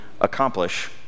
accomplish